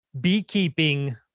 beekeeping